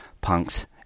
Punks